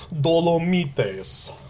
Dolomites